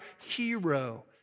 hero